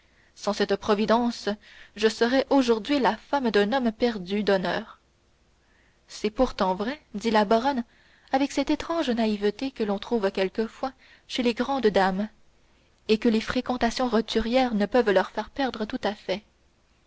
sans cette providence je serais aujourd'hui la femme d'un homme perdu d'honneur c'est pourtant vrai dit la baronne avec cette étrange naïveté que l'on trouve quelquefois chez les grandes dames et que les fréquentations roturières ne peuvent leur faire perdre tout à fait